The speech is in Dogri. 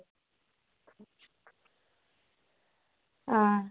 हां